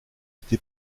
été